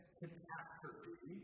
catastrophe